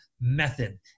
method